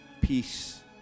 peace